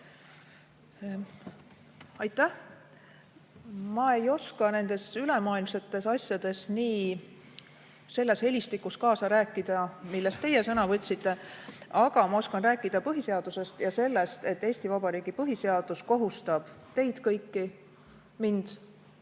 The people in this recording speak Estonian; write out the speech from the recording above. Aitäh! Ma ei oska nendes ülemaailmsetes asjades selles helistikus kaasa rääkida, milles teie sõna võtsite. Aga ma oskan rääkida põhiseadusest ja sellest, et Eesti Vabariigi põhiseadus kohustab teid kõiki, mind